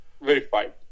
verified